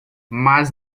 mas